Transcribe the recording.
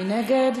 מי נגד?